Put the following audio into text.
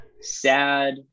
sad